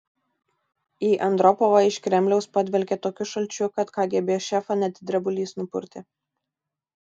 į andropovą iš kremliaus padvelkė tokiu šalčiu kad kgb šefą net drebulys nupurtė